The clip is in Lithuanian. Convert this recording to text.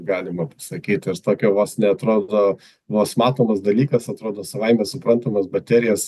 galima pasakyt ir tokio vos ne atrodo vos matomas dalykas atrodo savaime suprantamas baterijas